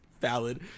valid